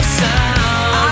sound